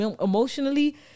emotionally